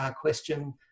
question